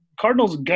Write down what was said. Cardinals